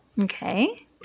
Okay